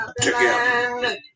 together